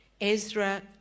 Ezra